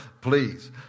please